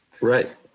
right